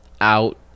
out